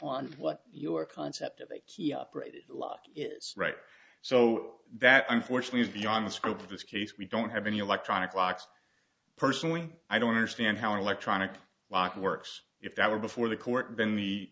on what your concept of a key operated lock is right so that unfortunately is beyond the scope of this case we don't have any electronic clocks personally i don't understand how an electronic lock works if that were before the court then the